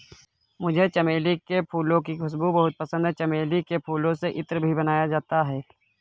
मुझे चमेली के फूलों की खुशबू बहुत पसंद है चमेली के फूलों से इत्र भी बनाया जाता है